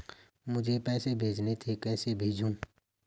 मुझे पैसे भेजने थे कैसे भेजूँ?